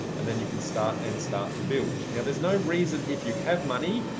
and then you can start and start to build. now there's no reason if you have money,